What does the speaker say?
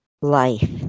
life